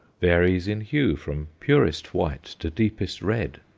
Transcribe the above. varies in hue from purest white to deepest red,